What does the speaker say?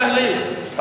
אתה מעוניין רק בתהליך,